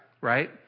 Right